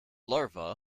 larvae